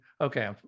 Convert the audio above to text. okay